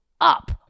up